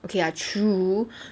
okay ya true